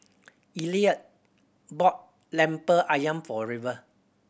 Elliot bought Lemper Ayam for River